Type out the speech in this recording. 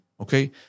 Okay